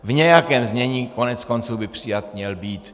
V nějakém znění koneckonců by přijat měl být.